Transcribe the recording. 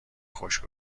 خوش